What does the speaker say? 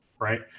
right